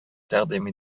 тәкъдим